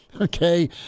okay